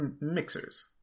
mixers